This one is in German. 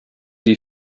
die